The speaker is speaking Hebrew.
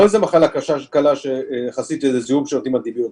לא איזו מחלה קלה יחסית שזה זיהום שנותנים אנטיביוטיקה,